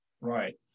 Right